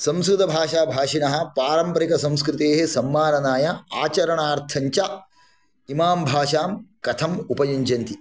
संस्कृतभाषाभाषिणः पारम्परिकसंस्कृतेः सम्माननाय आचरणार्थञ्च इमां भाषां कथम् उपयुञ्जन्ति